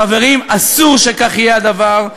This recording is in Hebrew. חברים, אסור שכך יהיה הדבר.